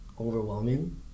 overwhelming